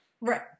right